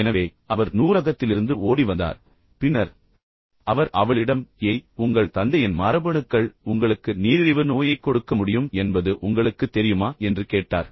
எனவே அவர் நூலகத்திலிருந்து ஓடி வந்தார் பின்னர் அவர் அவளிடம் ஏய் உங்கள் தந்தையின் மரபணுக்கள் உங்களுக்கு நீரிழிவு நோயைக் கொடுக்க முடியும் என்பது உங்களுக்குத் தெரியுமா என்று கேட்டார்